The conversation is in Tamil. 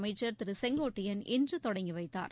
அமைச்சர் திரு செங்கோட்டையன் இன்று தொடங்கி வைத்தார்